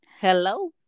Hello